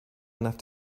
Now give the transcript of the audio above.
enough